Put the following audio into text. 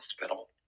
hospital